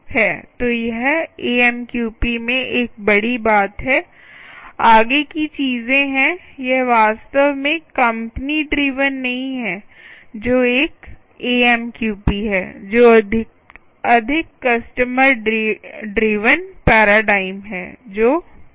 तो यह एएमक्यूपी में एक बड़ी बात है आगे की चीजें हैं यह वास्तव में कंपनी ड्रिवेन नहीं है जो एक एएमक्यूपी है जो अधिक कस्टमर ड्रिवेन पैराडाइम है जो प्रमुख चीज है